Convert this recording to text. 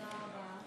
תודה רבה.